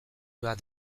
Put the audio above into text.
bat